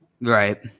Right